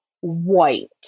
white